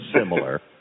similar